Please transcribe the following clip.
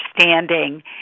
understanding